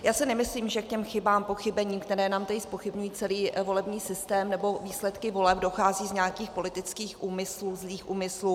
Já si nemyslím, že k těm chybám, k pochybením, které nám tady zpochybňují celý volební systém nebo výsledky voleb, dochází z nějakých politických úmyslů, zlých úmyslů.